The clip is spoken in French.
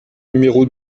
numéro